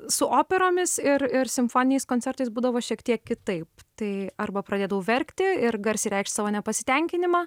su operomis ir ir simfoniniais koncertais būdavo šiek tiek kitaip tai arba pradėdavau verkti ir garsiai reikšti savo nepasitenkinimą